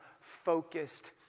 focused